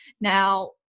now